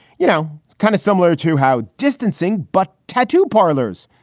you know, kind of similar to how distancing but tattoo parlors.